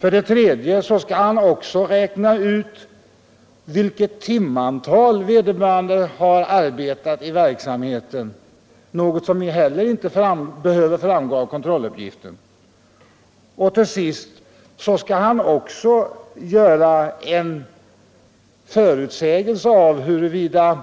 För det tredje skall arbetsgivaren räkna ut vilket timantal vederbörande har arbetat i verksamheten, något som heller inte behöver framgå av kontrolluppgiften. För det fjärde slutligen skall arbetsgivaren göra en förutsägelse om huruvida